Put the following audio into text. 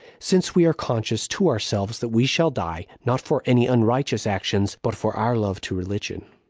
since we are conscious to ourselves that we shall die, not for any unrighteous actions, but for our love to religion.